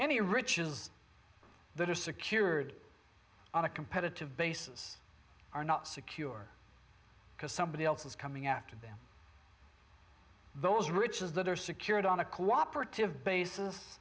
the riches that are secured on a competitive basis are not secure because somebody else is coming after them those riches that are secured on a co operative basis